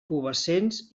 pubescents